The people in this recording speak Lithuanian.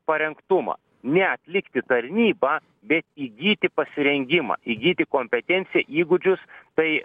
parengtumą ne atlikti tarnybą bet įgyti pasirengimą įgyti kompetenciją įgūdžius tai